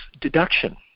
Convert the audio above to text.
deduction